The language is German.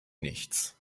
nichts